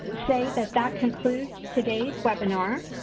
say that that concludes today webinar.